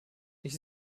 ich